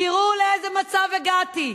תראו לאיזה מצב הגעתי: